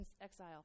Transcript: exile